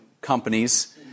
companies